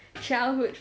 childhood